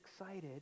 excited